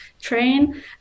train